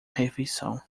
refeição